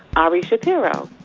ari shapiro.